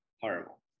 Horrible